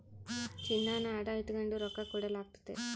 ಚಿನ್ನಾನ ಅಡ ಇಟಗಂಡು ರೊಕ್ಕ ಕೊಡಲಾಗ್ತತೆ